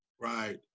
Right